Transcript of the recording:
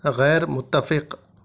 غیر متفق